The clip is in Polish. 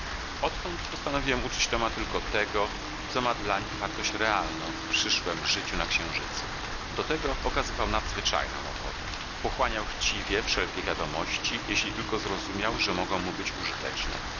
odtąd postanowiłem uczyć toma tylko tego co ma dlań wartość realną w przyszłem życiu na księżycu do tego okazywał nadzwyczajną ochotę pochłaniał chciwie wszelkie wiadomości jeśli tylko zrozumiał że mogą mu być użyteczne